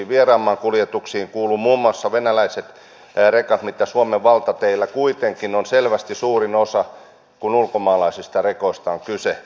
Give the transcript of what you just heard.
vieraan maan kuljetuksiin kuuluvat muun muassa venäläiset rekat mitä suomen valtateillä kuitenkin on selvästi suurin osa kun ulkomaalaisista rekoista on kyse